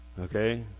Okay